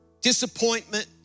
disappointment